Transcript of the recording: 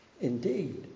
Indeed